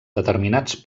determinats